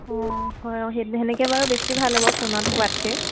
অঁ হয় অঁ সে সেনেকৈ বাৰু বেছি ভাল হ'ব ফোনত কোৱাতকৈ